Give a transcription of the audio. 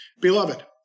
Beloved